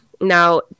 Now